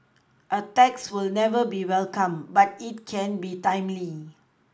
a tax will never be welcome but it can be timely